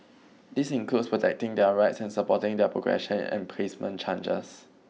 this includes protecting their rights and supporting their progression and placement chances